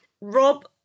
Rob